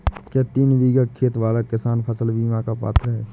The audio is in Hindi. क्या तीन बीघा खेत वाला किसान फसल बीमा का पात्र हैं?